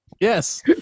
Yes